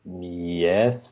yes